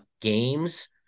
games